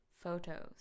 Photos